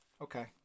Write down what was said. Okay